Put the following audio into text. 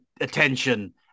attention